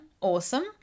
Awesome